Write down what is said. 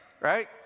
Right